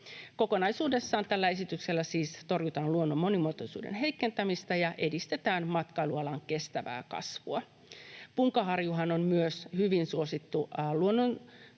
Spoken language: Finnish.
Kokonaisuudessaan tällä esityksellä siis torjutaan luonnon monimuotoisuuden heikentymistä ja edistetään matkailualan kestävää kasvua. Punkaharjuhan on hyvin suosittu